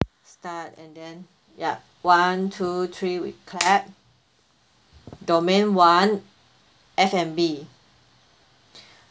start and then ya one two three we clap domain one F&B